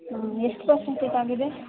ಹ್ಞೂಂ ಎಷ್ಟು ಪರ್ಸೆಂಟೇಜ್ ಆಗಿದೆ